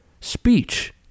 speech